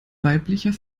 weiblicher